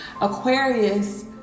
Aquarius